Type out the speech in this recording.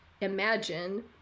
imagine